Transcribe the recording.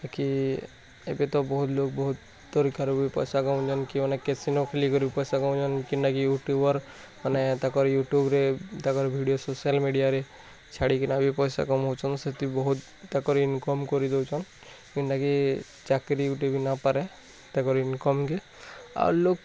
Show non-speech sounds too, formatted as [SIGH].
ବାକି ଏବେ ତ ବହୁତ ଲୋକ୍ ବହୁତ ପରୀକ୍ଷାରୁ ବି [UNINTELLIGIBLE] ୟୁଟ୍ୟୁବ୍ର ମାନେ ତାଙ୍କ ୟୁଟ୍ୟୁବ୍ରେ ତାଙ୍କର ଭିଡ଼ିଓ ସୋସିଆଲ୍ ମିଡ଼ିଆରେ ଛାଡ଼ି କିନା ବି ପଇସା କମଉଛନ୍ ସେଥି ବହୁତ ତାଙ୍କର ଇନ୍କମ୍ କରି ଦଉଛନ୍ ଯେନ୍ତା କି ଚାକିରୀ ୟୁଟ୍ୟୁବ୍ ନା ପାରେ ତାଙ୍କର ଇନ୍କମ୍ କେ ଆଉ ଲୋକ